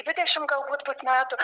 dvidešim galbūt bus metų